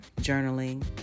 journaling